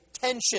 tension